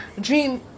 dream